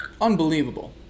Unbelievable